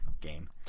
game